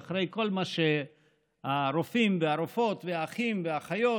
אחרי כל מה שהרופאים והרופאות והאחים והאחיות